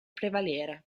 prevalere